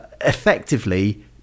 Effectively